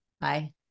Bye